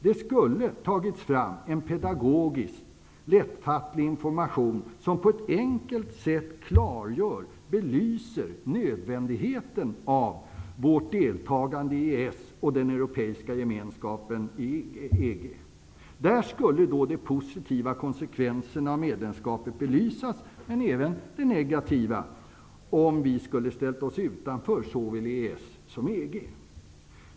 Det skulle ha tagits fram en pedagogisk lättfattlig information som på ett enkelt sätt klargör och belyser nödvändigheten av vårt deltagande i EES och den europeiska gemenskapen. Där skulle då de positiva konsekvenserna av medlemskapet belysas men även de negativa -- om vi skulle ställt oss utanför såväl EES som EG.